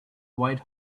white